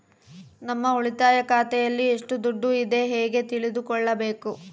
ನಮ್ಮ ಉಳಿತಾಯ ಖಾತೆಯಲ್ಲಿ ಎಷ್ಟು ದುಡ್ಡು ಇದೆ ಹೇಗೆ ತಿಳಿದುಕೊಳ್ಳಬೇಕು?